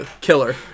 killer